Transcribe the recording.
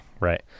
right